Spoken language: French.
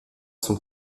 son